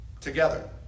together